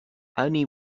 only